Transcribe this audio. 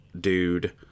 dude